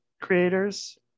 creators